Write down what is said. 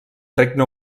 regne